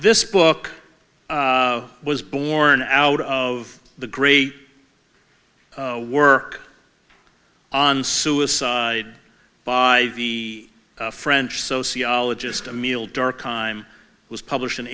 this book was born out of the great work on suicide by the french sociologist a meal dark time was published in